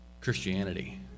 Christianity